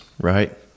right